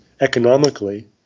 economically